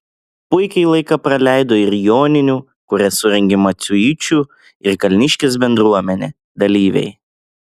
puikiai laiką praleido ir joninių kurias surengė maciuičių ir kalniškės bendruomenė dalyviai